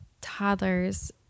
toddlers